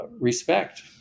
respect